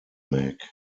mac